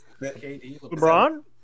Lebron